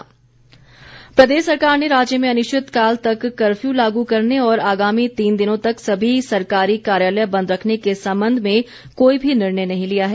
fake news प्रदेश सरकार ने राज्य में अनिश्चितकाल तक कर्फ्यू लागू करने और आगामी तीन दिनों तक सभी सरकारी कार्यालय बंद रखने के संबंध में कोई भी निर्णय नहीं लिया है